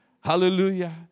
Hallelujah